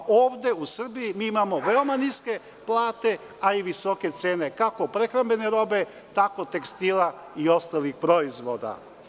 Ovde u Srbiji mi imamo veoma niske plate, a i visoke cene kako prehrambene robe, tako tekstila i ostalih proizvoda.